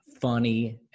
Funny